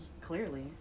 Clearly